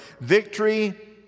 Victory